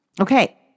Okay